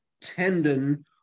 tendon